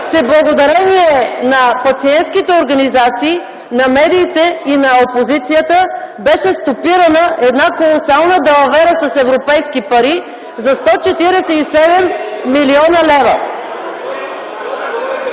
че благодарение на пациентските организации, на медиите и на опозицията беше стопирана една колосална далавера с европейски пари за 147 млн. лв.